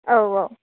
औ औ